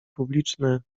publiczne